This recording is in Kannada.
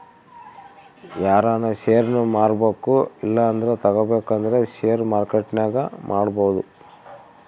ಯಾರನ ಷೇರ್ನ ಮಾರ್ಬಕು ಇಲ್ಲಂದ್ರ ತಗಬೇಕಂದ್ರ ಷೇರು ಮಾರ್ಕೆಟ್ನಾಗ ಮಾಡ್ಬೋದು